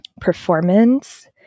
performance